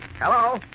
Hello